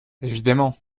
évidemment